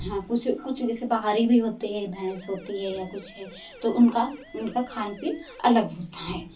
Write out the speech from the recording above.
हाँ कुछ कुछ जैसे बाहरी भी होती है भैंस होती हैं या कुछ है तो उनका उनका खान पीन अलग होता है